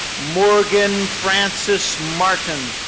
morgan frances martin.